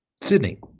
Sydney